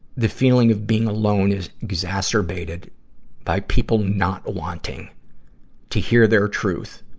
the feeling of being alone is exacerbated by people not wanting to hear their truth